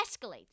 escalates